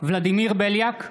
ולדימיר בליאק,